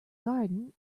garden